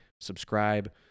subscribe